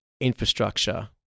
infrastructure